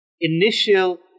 initial